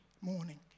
morning